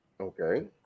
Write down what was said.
okay